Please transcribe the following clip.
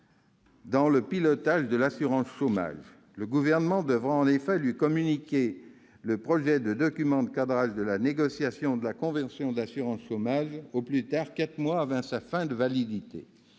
dans le pilotage de l'assurance chômage. Le Gouvernement devra en effet lui communiquer le projet de document de cadrage de la négociation de la convention d'assurance chômage au plus tard quatre mois avant sa fin de validité.